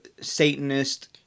Satanist